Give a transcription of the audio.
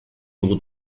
dugu